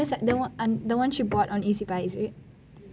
என்ன சட்டை:enna sattai the one she bought on ezbuy issit